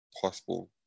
possible